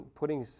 putting